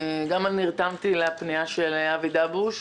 גם אני נרתמתי לפנייה של אבי דאבוש,